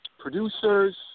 Producers